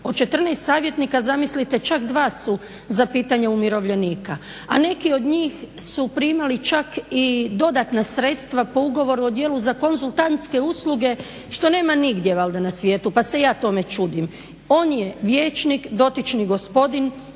Od 14 savjetnika zamislite čak 2 su za pitanje umirovljenika, a neki od njih su primali čak i dodatna sredstva po ugovoru o djelu za konzultantske usluge što nema nigdje valjda na svijetu pa se i ja tome čudim. On je vijećnik dotični gospodin,